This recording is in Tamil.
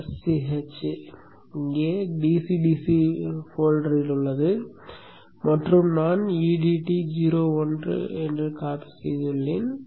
sch இங்கே DC DC போல்டரில் உள்ளது மற்றும் நான் edt01 ஐ நகலெடுத்துள்ளேன்